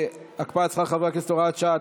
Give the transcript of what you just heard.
הקפאת שכר חברי הכנסת (הוראת שעה),